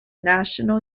national